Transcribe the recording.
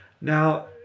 Now